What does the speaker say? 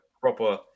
proper